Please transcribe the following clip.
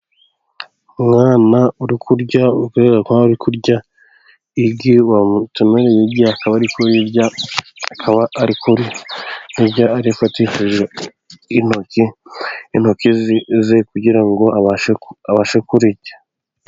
Umwana uri kurya bigaragare ko ari kurya igi bamutonoreye, igi akaba ari kurirya akaba ari kurya arifatishije intoki, intoki ze kugira ngo abashe kurirya.